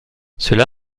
cela